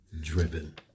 driven